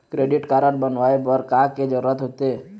Credit card बनवाए बर का के जरूरत होते?